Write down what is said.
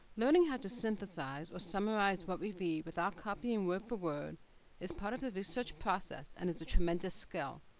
learning how to synthesize, or summarize what we read without copying word for word is part of the research process and is a tremendous skill.